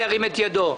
ירים את ידו.